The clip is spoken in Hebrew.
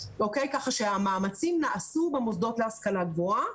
כך שהמאמצים נעשו במוסדות להשכלה גבוהה.